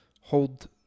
hold